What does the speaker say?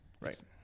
Right